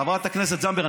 חברת הכנסת זנדברג,